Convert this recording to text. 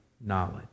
knowledge